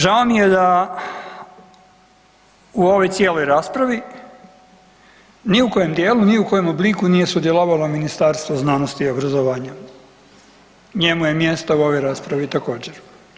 Žao mi je da u ovoj cijeloj raspravi ni u kojem dijelu, ni u kojem obliku nije sudjelovalo Ministarstvo znanosti i obrazovanja, njemu je mjesto u ovoj raspravi također.